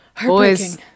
Boys